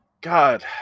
God